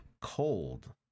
cold